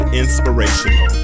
inspirational